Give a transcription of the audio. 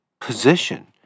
position